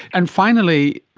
and finally,